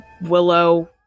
Willow